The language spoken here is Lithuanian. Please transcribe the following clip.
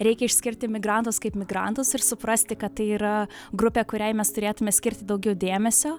reikia išskirti migrantus kaip migrantus ir suprasti kad tai yra grupė kuriai mes turėtume skirti daugiau dėmesio